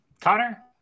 Connor